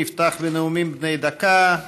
נפתח בנאומים בני דקה.